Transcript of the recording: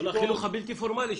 חינוך בלתי פורמלי,